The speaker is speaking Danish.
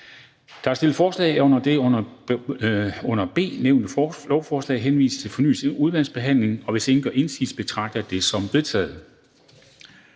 Der er stillet forslag om, at det under B nævnte lovforslag henvises til fornyet udvalgsbehandling, og hvis ingen gør indsigelse, betragter jeg det som vedtaget.